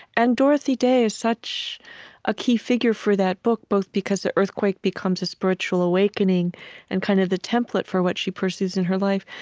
and dorothy day is such a key figure for that book, both because the earthquake becomes a spiritual awakening and kind of the template for what she pursues in her life,